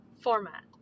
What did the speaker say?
format